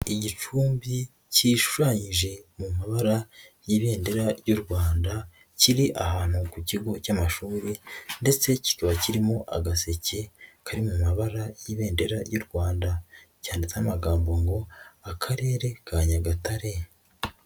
Igicumbi kishushanyije mu mabara y'ibendera ry'u Rwanda kiri ahantu ku kigo cy'amashuri ndetse kikaba kirimo agaseke kari mu mabara y'ibendera ry'u Rwanda, cyanditseho amagambo ngo akarere ka Nyagatare.